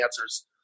answers